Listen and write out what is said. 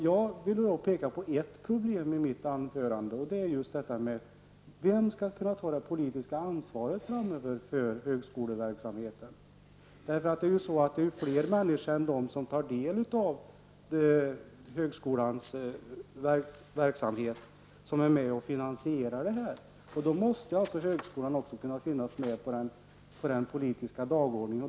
Jag ville peka på ett problem i mitt anförande: Vem skall ta det politiska ansvaret framöver för högskoleverksamheten? Det är ju fler människor än de som tar del av högskoleverksamhet som är med och finansierar detta. Då måste högskolan också finnas med på den politiska dagordningen.